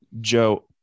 Joe